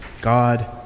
God